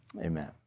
amen